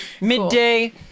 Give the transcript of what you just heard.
Midday